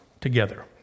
together